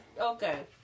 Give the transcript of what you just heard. Okay